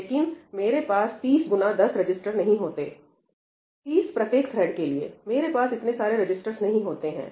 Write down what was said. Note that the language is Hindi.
लेकिन मेरे पास 30 गुना 10 रजिस्टर नहीं होते 30 प्रत्येक थ्रेड के लिए मेरे पास इतने सारे रजिस्टर्स नहीं होते हैं